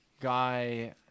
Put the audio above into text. guy